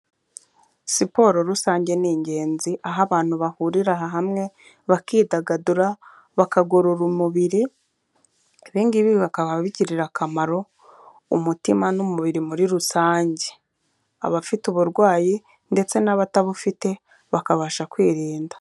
Siporo rusange ni ingenzi, aho abantu bahurira hamwe bakidagadura, bakagorora umubiri, ibi ngibi bakaba bigirira akamaro umutima n'umubiri muri rusange. Abafite uburwayi ndetse n'abatabufite bakabasha kwirinda.